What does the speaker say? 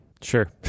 Sure